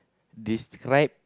describe